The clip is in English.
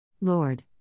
Lord